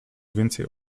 więcej